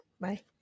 Bye